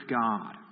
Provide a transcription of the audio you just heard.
God